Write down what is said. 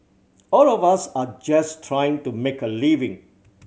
all of us are just trying to make a living